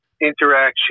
interaction